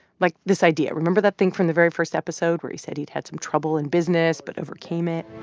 like this idea remember that thing from the very first episode where he said he'd had some trouble in business but overcame it?